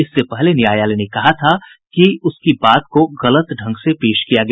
इससे पहले न्यायालय ने कहा था कि उसकी बात को गलत ढंग से पेश किया गया